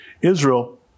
Israel